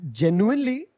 genuinely